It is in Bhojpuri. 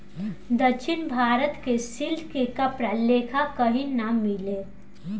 दक्षिण भारत के सिल्क के कपड़ा लेखा कही ना मिले